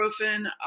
ibuprofen